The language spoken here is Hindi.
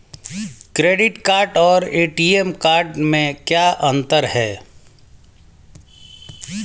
क्रेडिट कार्ड और ए.टी.एम कार्ड में क्या अंतर है?